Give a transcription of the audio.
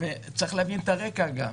צריך להבין את הרקע גם.